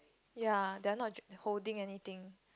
ya they are not holding anything